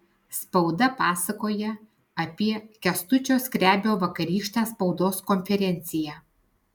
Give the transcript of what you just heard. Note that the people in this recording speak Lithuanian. spauda pasakoja apie kęstučio skrebio vakarykštę spaudos konferenciją